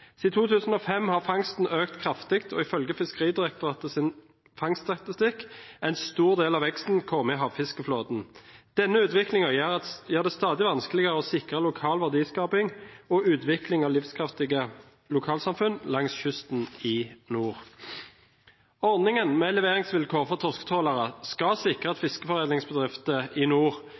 2005 har fangsten økt kraftig, og ifølge Fiskeridirektoratets fangststatistikk er en stor del av veksten kommet i havfiskeflåten. Denne utviklingen gjør det stadig vanskeligere å sikre lokal verdiskaping og utvikling av livskraftige lokalsamfunn langs kysten i nord. Ordningen med leveringsvilkår for torsketrålere skal sikre at fiskeforedlingsbedrifter i nord